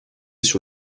sur